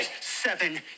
Seven